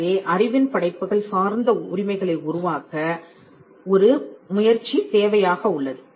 எனவே அறிவின் படைப்புகள் சார்ந்த உரிமைகளை உருவாக்க ஒரு முயற்சி தேவையாக உள்ளது